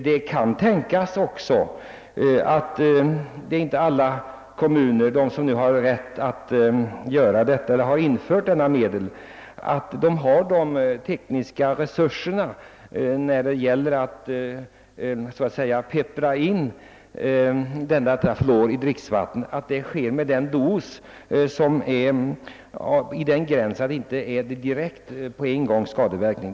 Det är inte säkert att alla kommuner som har infört fluoridering besitter de tekniska resurserna för att kunna så att säga peppra in fluor i dricksvattnet på ett sådant sätt att dosen hålls under gränsen för omedelbara skadeverkningar.